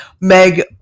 Meg